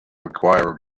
require